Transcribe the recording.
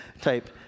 type